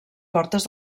portes